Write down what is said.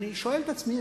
אני שואל את עצמי,